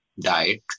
diet